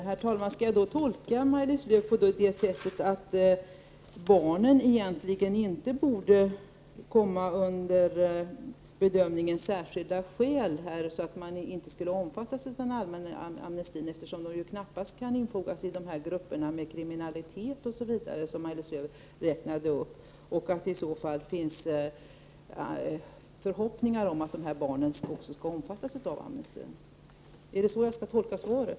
Herr talman! Skall jag då tolka Maj-Lis Lööw på det sättet att barnen egentligen inte borde komma under bedömningen särskilda skäl, så att de inte kommer att omfattas av den allmänna amnestin? De kan ju knappast omfattas av grupperna som särbehandlas till följd av kriminalitet osv. som Maj-Lis Lööw räknade upp, så att det därför finns förhoppningar om att dessa barn skall omfattas av amnestin. Är det så jag skall tolka svaret?